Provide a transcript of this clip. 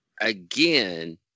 again